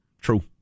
true